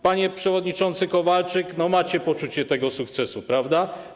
Panie przewodniczący Kowalczyk, macie poczucie tego sukcesu, prawda?